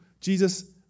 Jesus